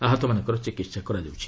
ଆହତମାନଙ୍କର ଚିକିତ୍ସା କରାଯାଉଛି